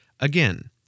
Again